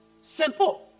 Simple